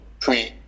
pre